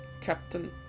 Captain